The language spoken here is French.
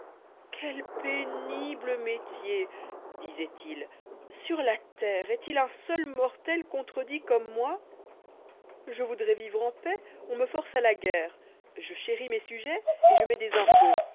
quel pénible métier disoit ïl sur la terre j est-il un seul mortel contredit comme moi je voudrois vivre en paix on me force à laguerre je chéris mes sujets et je mets des impôts